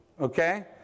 Okay